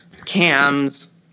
Cam's